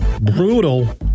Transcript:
brutal